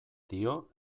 dio